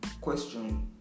question